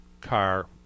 car